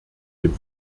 dem